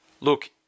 Look